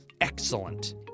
Excellent